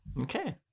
okay